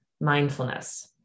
mindfulness